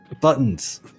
buttons